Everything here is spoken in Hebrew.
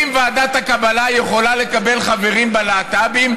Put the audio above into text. אם ועדת הקבלה יכולה לקבל חברים להט"בים,